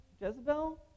Jezebel